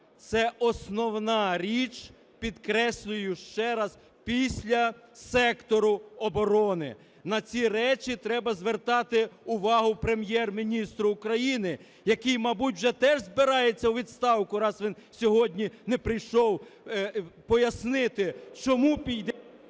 це основна річ, підкреслюю ще раз, після сектору оборону. На ці речі треба звертати увагу Прем'єр-міністру України, який, мабуть, вже теж збирається у відставку, раз він сьогодні не прийшов пояснити, чому...